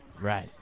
Right